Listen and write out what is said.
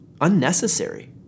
unnecessary